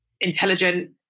intelligent